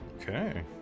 Okay